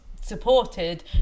supported